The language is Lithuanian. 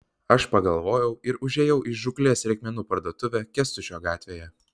aš pagalvojau ir užėjau į žūklės reikmenų parduotuvę kęstučio gatvėje